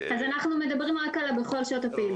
אנחנו מדברים רק על "בכל שעות הפעילות".